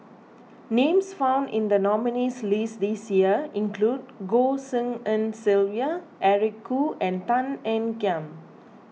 names found in the nominees' list this year include Goh Tshin En Sylvia Eric Khoo and Tan Ean Kiam